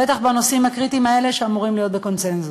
בטח בנושאים הקריטיים האלה שאמורים להיות בקונסנזוס.